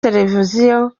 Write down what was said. televiziyo